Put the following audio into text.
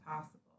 possible